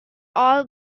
all